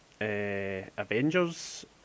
Avengers